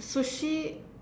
sushi